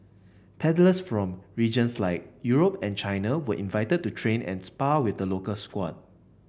paddlers from regions like Europe and China were invited to train and spar with the local squad